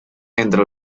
entre